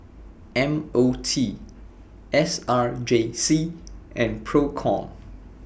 M O T S R J C and PROCOM